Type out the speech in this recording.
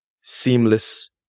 seamless